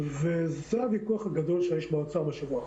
וזה הוויכוח הגדול שיש באוצר בשבוע האחרון.